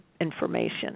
information